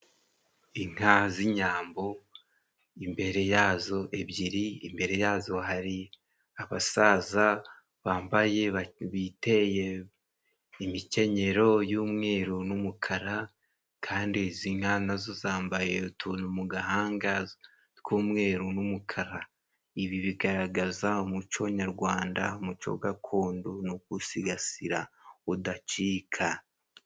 Inka z'inyambo, imbere yazo ebyiri, imbere yazo hari abasaza bambaye biteye imikenyero y'umweru n'umukara kandi izi nka na zo zambaye utuntu mu gahanga tw'umweru n'umukara. Ibi bigaragaza umuco nyarwanda, umuco gakondo no kuwusigasira. Udacika.